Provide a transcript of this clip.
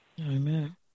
Amen